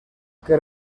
que